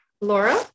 Laura